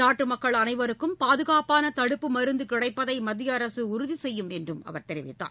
நாட்டுமக்கள் அனைவருக்கும் பாதுகாப்பானதடுப்பு அமருந்துகிடைப்பதைமத்தியஅரசுஉறுதிசெய்யும் என்றும் அவர் தெரிவித்தார்